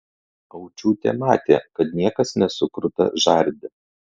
aučiūtė matė kad niekas nesukruta žarde